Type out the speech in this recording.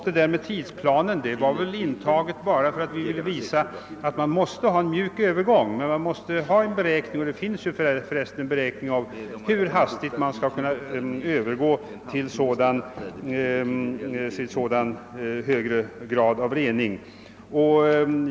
Detta om en tidsplan har vi tagit med bara för att visa att övergången måste göras mjuk. Det finns för övrigt redan beräkningar om hur hastigt man kan övergå till högre grader av rening.